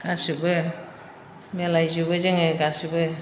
गासैबो मिलायजोबो जोंङो गासैबो